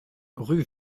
rue